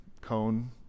cone